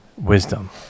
Wisdom